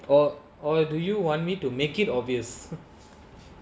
or or do you want me to make it obvious